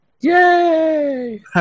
Yay